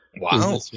Wow